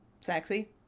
sexy